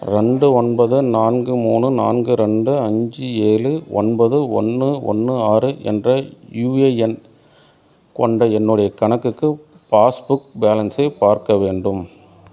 ரெண்டு ஒன்பது நான்கு மூணு நான்கு ரெண்டு அஞ்சு ஏழு ஒன்பது ஒன்று ஒன்று ஆறு என்ற யுஏஎன் எண் கொண்ட என்னுடைய கணக்குக்கு பாஸ்புக் பேலன்ஸை பார்க்க வேண்டும்